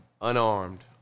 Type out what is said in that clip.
Unarmed